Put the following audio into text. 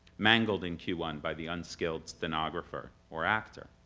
mangled in q one by the unskilled stenographer or actor.